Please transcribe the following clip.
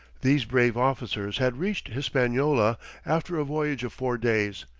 these brave officers had reached hispaniola after a voyage of four days,